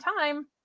time